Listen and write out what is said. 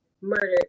murdered